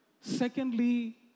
Secondly